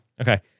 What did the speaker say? Okay